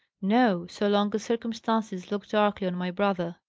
no. so long as circumstances look darkly on my brother.